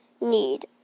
need